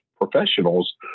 professionals